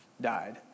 died